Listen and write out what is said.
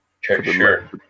Sure